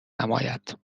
نماید